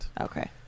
Okay